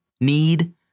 need